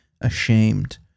ashamed